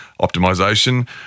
optimization